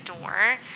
door